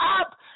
up